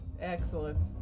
Excellent